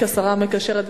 כשרה המקשרת,